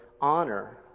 honor